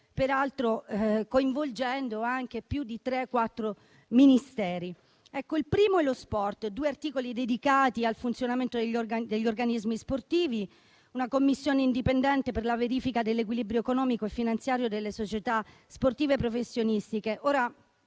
peraltro coinvolgendo anche più di tre o quattro Ministeri. Il primo è lo sport, con due articoli dedicati al funzionamento degli organismi sportivi e una commissione indipendente per la verifica dell'equilibrio economico e finanziario delle società sportive professionistiche.